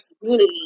community